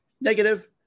negative